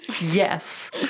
yes